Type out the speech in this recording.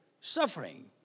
Suffering